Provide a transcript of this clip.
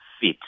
fit